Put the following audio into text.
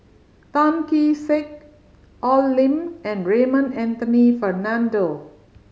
Tan Kee Sek Al Lim and Raymond Anthony Fernando